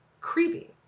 creepy